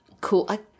cool